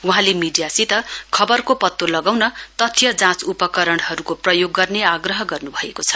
वहाँले मिडियासित खबरको पत्तो लगाउन तथ्य जाँच उपकरणहरूको प्रयोग गर्ने आग्रह गर्नभएको छ